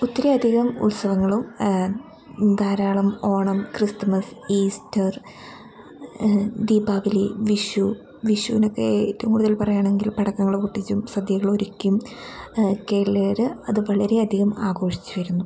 ഒത്തിരി അധികം ഉത്സവങ്ങളും ധാരാളം ഓണം ക്രിസ്തുമസ് ഈസ്റ്റർ ദീപാവലി വിഷു വിഷൂന് ഒക്കെ ഏറ്റവും കൂടുതൽ പറയുക ആണെങ്കിൽ പടക്കങ്ങൾ പൊട്ടിച്ചും സദ്യകൾ ഒരുക്കിയും കേരളീയർ അത് വളരെ അധികം ആഘോഷിച്ച് വരുന്നു